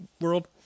world